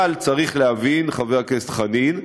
אבל צריך להבין, חבר הכנסת חנין,